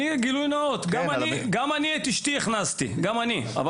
גילוי נאות, גם אני הכנסתי את אשתי.